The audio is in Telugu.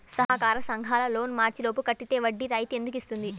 సహకార సంఘాల లోన్ మార్చి లోపు కట్టితే వడ్డీ రాయితీ ఎందుకు ఇస్తుంది?